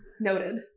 Noted